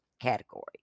category